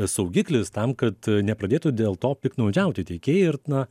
saugiklis tam kad nepradėtų dėl to piktnaudžiauti teikėjai ir na